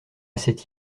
cette